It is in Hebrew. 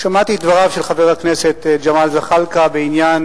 שמעתי את דבריו של חבר הכנסת ג'מאל זחאלקה בעניין